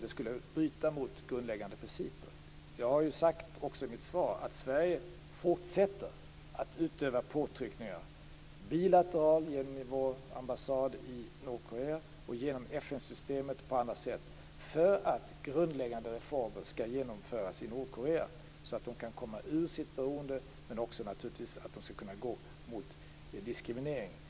Det skulle bryta mot grundläggande principer. Jag har också i mitt svar sagt att Sverige fortsätter att utöva påtryckningar bilateralt genom vår ambassad i Nordkorea och genom FN-systemet och på andra sätt för att grundläggande reformer skall genomföras i Nordkorea så att de kan komma ur sitt beroende men naturligtvis också att de skall kunna gå mot ett avskaffande av diskriminering.